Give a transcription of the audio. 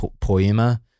poema